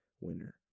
winner